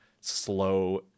slow